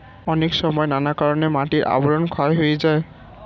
অনেক সময় নানা কারণে মাটির আবরণ ক্ষয় হয়ে যায়